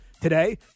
today